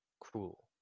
cruel